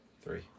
Three